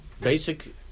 basic